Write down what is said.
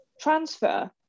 transfer